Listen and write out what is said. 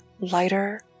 lighter